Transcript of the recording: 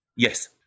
Yes